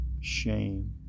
Shame